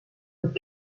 with